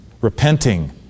repenting